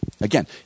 again